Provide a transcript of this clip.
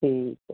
ਠੀਕ ਹੈ